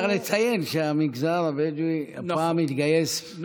צריך לציין שהמגזר הבדואי הפעם התגייס,